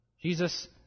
Jesus